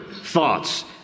thoughts